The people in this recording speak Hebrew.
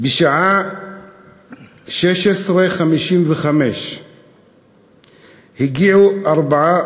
בשעה 16:55 הגיעו ארבעה